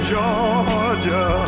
Georgia